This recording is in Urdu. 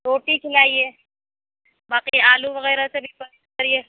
روٹی کھلایئے باقی آلو وغیرہ سے بھی پرہیز کریٮٔے